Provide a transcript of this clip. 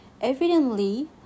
evidently